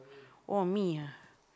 oh me ah